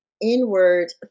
inward